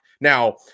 Now